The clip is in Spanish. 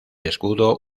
escudo